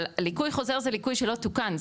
אבל ליקוי חוזר זה ליקוי שלא תוקן,